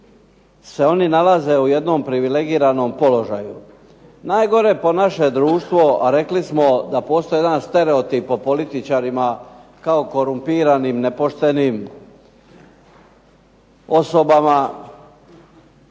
se oni nalaze u jednom privilegiranom položaju. Najgore po naše društvo, a rekli smo da postoji jedan stereotip o političarima kao korumpiranim, nepoštenim osobama,